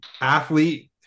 athlete